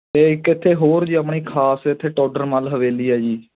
ਅਤੇ ਇੱਕ ਇੱਥੇ ਹੋਰ ਜੀ ਆਪਣੀ ਖਾਸ ਇੱਥੇ ਟੋਡਰ ਮੱਲ ਹਵੇਲੀ ਆ ਜੀ